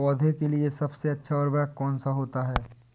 पौधे के लिए सबसे अच्छा उर्वरक कौन सा होता है?